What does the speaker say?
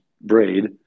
braid